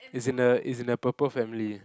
it's in the it's in the purple family